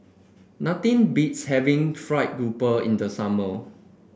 nothing beats having fried grouper in the summer